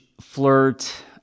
flirt